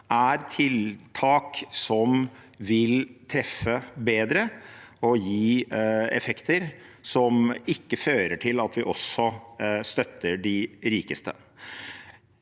er tiltak som vil treffe bedre og gi effekter som ikke fører til at vi også støtter de rikeste.